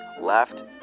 left